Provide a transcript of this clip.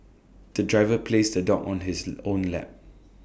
the driver placed the dog on his own lap